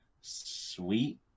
Sweet